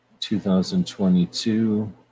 2022